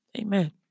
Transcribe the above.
Amen